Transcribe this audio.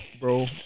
bro